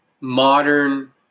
modern